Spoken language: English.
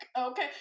Okay